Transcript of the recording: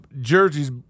jerseys